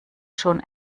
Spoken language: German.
schon